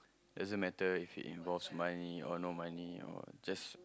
doesn't matter if it involves money or no money or just